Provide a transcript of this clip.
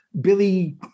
Billy